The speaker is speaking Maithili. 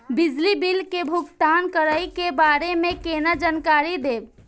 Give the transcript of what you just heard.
बिजली बिल के भुगतान करै के बारे में केना जानकारी देब?